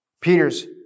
Peter's